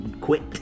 quit